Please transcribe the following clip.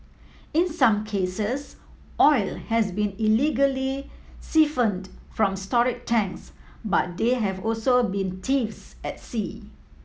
in some cases oil has been illegally siphoned from storage tanks but there have also been thefts at sea